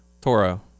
Toro